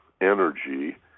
energy